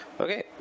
Okay